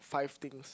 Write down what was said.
five things